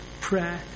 prayer